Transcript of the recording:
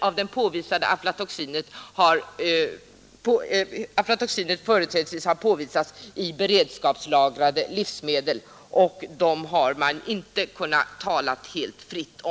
Aflatoxinet har nämligen företrädesvis påvisats i beredskapslagrade livsmedel, som inte helt fritt har kunnat debatteras.